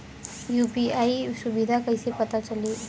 UPI सुबिधा कइसे पता चली?